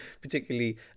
particularly